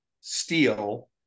steel